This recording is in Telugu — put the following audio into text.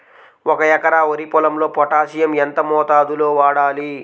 ఒక ఎకరా వరి పొలంలో పోటాషియం ఎంత మోతాదులో వాడాలి?